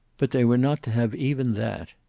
but they were not to have even that,